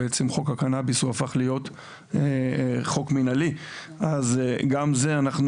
חוק הקנאביס הוא הפך להיות חוק מנהלי אז גם זה אנחנו